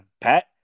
Pat